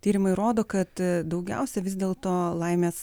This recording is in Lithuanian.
tyrimai rodo kad daugiausia vis dėl to laimės